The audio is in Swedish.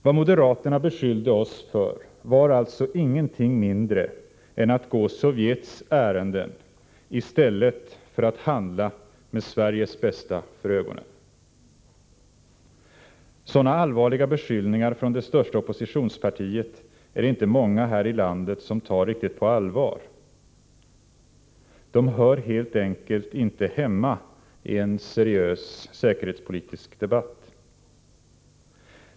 Vad moderaterna beskyllde oss för var alltså ingenting mindre än att gå Sovjets ärenden i stället för att handla med Sveriges bästa för ögonen. Sådana allvarliga beskyllningar från det största oppositionspartiet är det inte många här i landet som tar riktigt på allvar. De hör helt enkelt inte hemma i en seriös säkerhetspolitisk debatt.